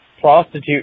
prostitute